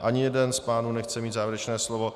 Ani jeden z pánů nechce mít závěrečné slovo.